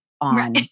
on